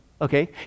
okay